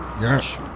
Yes